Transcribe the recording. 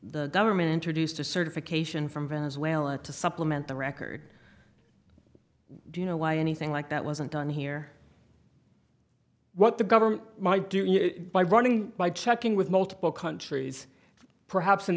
the government introduced a certification from venezuela to supplement the record do you know why anything like that wasn't done here what the government might do by running by checking with multiple countries perhaps in